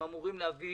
הם אמורים להביא